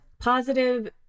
positive